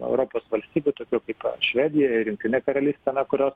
europos valstybių tokių kaip švedija ir jungtinė karalystė na kurios